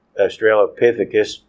Australopithecus